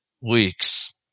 weeks